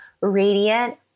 radiant